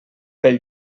pel